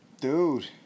Dude